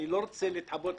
אני לא רוצה להתחבא,